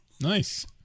nice